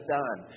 done